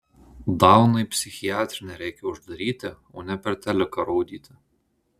dauną į psichiatrinę reikia uždaryti o ne per teliką rodyti